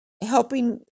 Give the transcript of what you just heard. helping